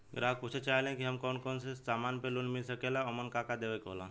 ग्राहक पुछत चाहे ले की हमे कौन कोन से समान पे लोन मील सकेला ओमन का का देवे के होला?